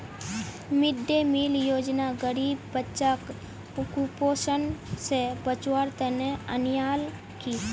mid day meal योजना गरीब बच्चाक कुपोषण स बचव्वार तने अन्याल कि